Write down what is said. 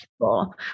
people